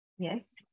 Yes